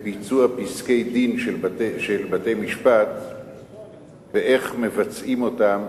בביצוע פסקי-דין של בתי-משפט ואיך מבצעים אותם,